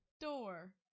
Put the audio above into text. door